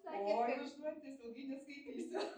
oj užduotis ilgai neskaitysiu